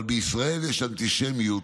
אבל בישראל יש אנטישמיות